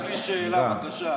יוליה, יש לי שאלה, בבקשה: